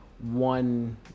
one